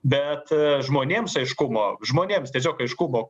bet žmonėms aiškumo žmonėms tiesiog aiškumo